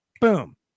Boom